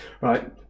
Right